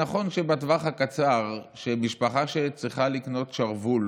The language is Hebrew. נכון שבטווח הקצר משפחה שצריכה לקנות שרוול,